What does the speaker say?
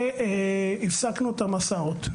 הפסקנו את המסעות.